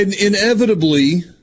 Inevitably